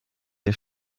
ihr